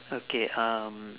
okay um